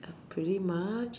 pretty much